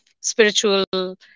spiritual